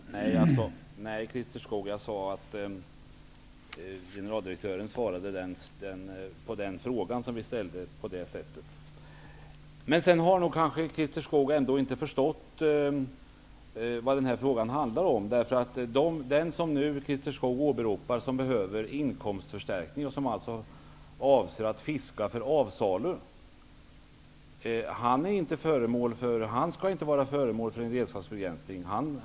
Herr talman! Nej, Christer Skoog, jag sade att generaldirektören besvarade den fråga vi ställde på det sättet. Christer Skoog har kanske ändå inte förstått vad denna fråga handlar om. Den person som Christer Skoog nu åberopar och som behöver inkomstförstärkning och avser att fiska för avsalu, skall inte vara föremål för redskapsbegränsning.